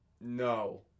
No